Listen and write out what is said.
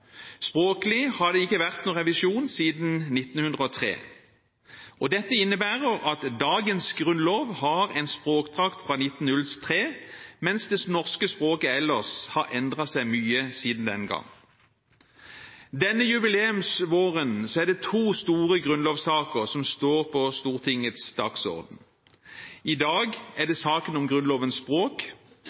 Språklig har det ikke vært noen revisjon siden 1903. Dette innebærer at dagens grunnlov har en språkdrakt fra 1903, mens det norske språket ellers har endret seg mye siden den gang. Denne jubileumsvåren er det to store grunnlovssaker som står på Stortingets dagsorden. I dag er det saken om Grunnlovens språk,